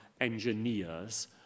engineers